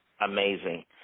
Amazing